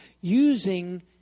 using